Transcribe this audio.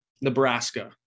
Nebraska